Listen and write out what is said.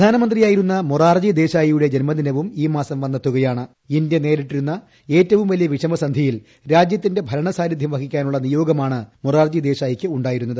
പ്രധാനമന്ത്രി മൊറാർജി ദേശായിയുടെ ജന്മദിനവും ഈമാസം വന്നെത്തുകയാണ് ഇന്ത്യ നേരിട്ടിരുന്ന ഏറ്റവും വലിയ വിഷമസന്ധിയിൽ രാജ്യത്തിന്റെ ഭരണസാരഥ്യം വഹിക്കാനുള്ള നിയോഗമാണ് മൊറാർജി ദേശായിക്കുണ്ടായിരുന്നത്